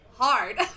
hard